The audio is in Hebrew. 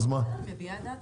היא מביעה את דעתה.